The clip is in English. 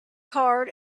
card